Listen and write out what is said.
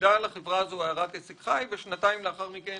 הוצמדה לחברה הזאת הערת עסק חי, ושנתיים לאחר מכן